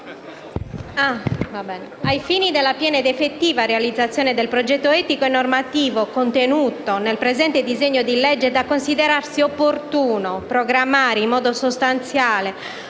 ai fini della piena ed effettiva realizzazione del progetto etico e normativo contenuto nel presente disegno di legge, è da considerarsi opportuno programmare in modo sostanziale